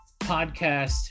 podcast